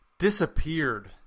disappeared